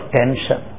tension